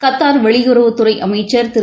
Qatar வெளியுறவுத்துறைஅமைச்சா் திரு